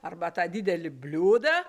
arba tą didelį bliūdą